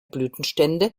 blütenstände